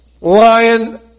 lion